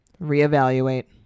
reevaluate